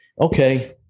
okay